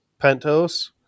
pentos